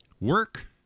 work